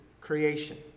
creation